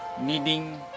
needing